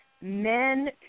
men